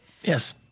Yes